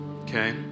Okay